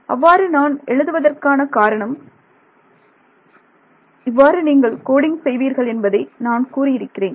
அவ்வாறு நான் எழுதுவதற்கான காரணம் இவ்வாறு நீங்கள் கோடிங் செய்வீர்கள் என்பதை நான் கூறியிருக்கிறேன்